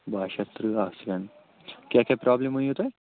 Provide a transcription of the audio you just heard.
بہہ شَتھ تٕرٛہ اَکھ سٮ۪کٮ۪نٛڈ کیٛاہ کیٛاہ پرٛابلِم ؤنِو تۄہہِ